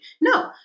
No